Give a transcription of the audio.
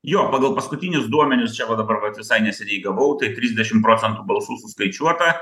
jo pagal paskutinius duomenis čia va dabar vat visai neseniai gavau tai trisdešim procentų balsų suskaičiuota